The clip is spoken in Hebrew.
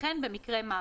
וכן במקרה מוות,